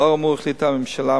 לאור האמור החליטה הממשלה,